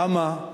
למה?